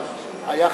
אבל היה חשד.